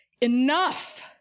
Enough